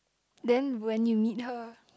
then when you meet her